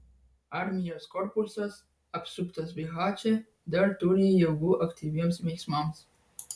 armijos korpusas apsuptas bihače dar turi jėgų aktyviems veiksmams